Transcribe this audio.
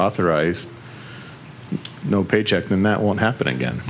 authorized no paycheck and that won't happen again